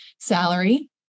salary